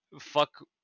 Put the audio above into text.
fuck